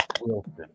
wilson